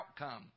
outcome